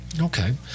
Okay